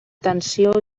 tensió